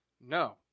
No